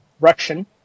Russian